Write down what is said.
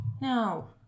No